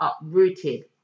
uprooted